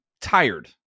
tired